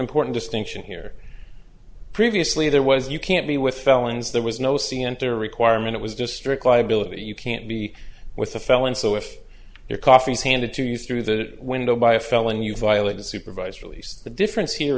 important distinction here previously there was you can't be with felons there was no c enter requirement it was just strict liability you can't be with a felon so if your coffee is handed to you through the window by a felon you violate a supervised release the difference here